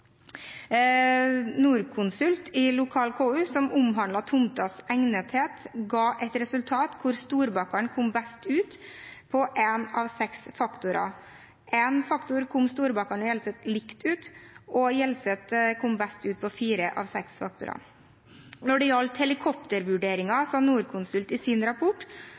i kommunal KU, som omhandlet tomters egnethet, ga et resultat hvor Storbakken kom best ut på en av seks faktorer. På en faktor kom Storbakken og Hjelset likt ut, og Hjelset kom best ut på fire av seks faktorer. Når det gjaldt helikoptervurderingen, sa Norconsult i sin rapport